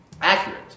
accurate